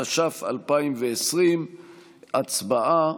התש"ף 2020. הצבעה.